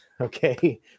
Okay